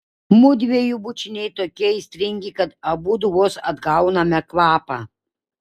mudviejų bučiniai tokie aistringi kad abudu vos atgauname kvapą